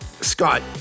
Scott